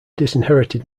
disinherited